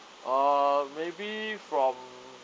uh maybe from